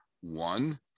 one